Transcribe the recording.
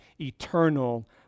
eternal